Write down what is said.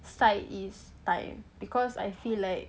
side is time because I feel like